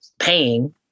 paying